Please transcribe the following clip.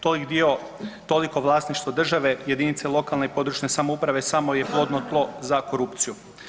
To je velik dio vlasništva države, jedinice lokalne i područne samouprave samo je plodno tlo za korupciju.